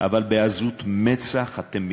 אבל בעזות מצח אתם מגיעים,